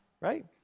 Right